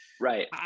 right